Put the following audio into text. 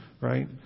right